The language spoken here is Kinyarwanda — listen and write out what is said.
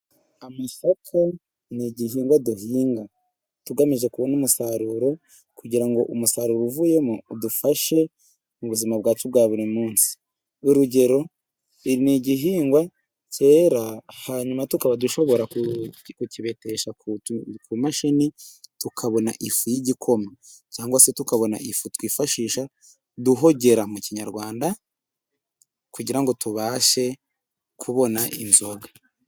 Amasaka ni igihingwa duhinga tugamije kubona umusaruro, kugira ngo umusaruro uvuyemo udufashe mu buzima bwacu bwa buri munsi. Urugero: Ni igihingwa cyera hanyuma tukaba dushobora kukibetesha ku mashini, tukabona ifu y'igikoma cyangwa se tukabona ifu twifashisha duhogera mu kunyarwanda, kugira ngo tubashe kubona inzoga.